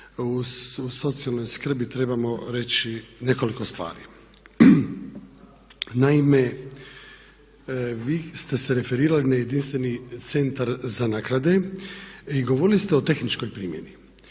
u socijalnoj skrbi trebamo reći nekoliko stvari. Naime, vi ste se referirali na jedinstveni centar za naknade i govorili ste o tehničkoj primjerni.